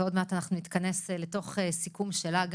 ועוד מעט נתכנס אל תוך סיכום שלה,